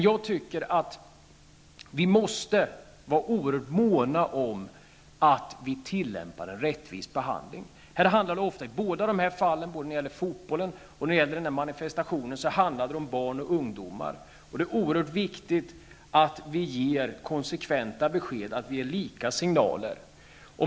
Men vi måste vara måna om en rättvis behandling. I båda dessa fall, när det gäller fotbollen och manifestationen, handlar det om barn och ungdomar. Det är oerhört viktigt att vi ger konsekventa besked, att vi ger lika signaler.